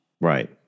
right